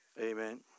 Amen